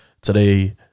Today